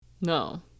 no